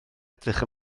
edrych